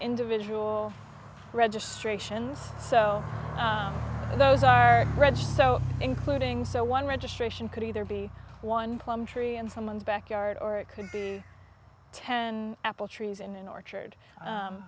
individual registrations so those are bred so including so one registration could either be one plum tree in someone's backyard or it could be ten apple trees in an orchard